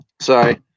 Sorry